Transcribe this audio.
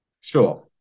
sure